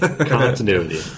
Continuity